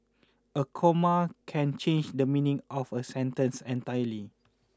a comma can change the meaning of a sentence entirely